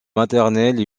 maternelle